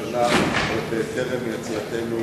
הכנסת אופיר אקוניס,